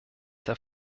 der